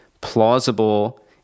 plausible